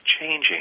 changing